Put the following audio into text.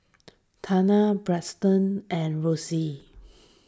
Tania Braxton and Rosie